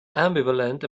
ambivalent